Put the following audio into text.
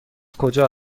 کجا